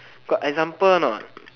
got example not